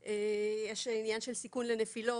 יש עניין של סיכון לנפילות,